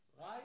Right